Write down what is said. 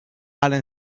alain